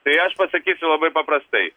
tai aš pasakysiu labai paprastai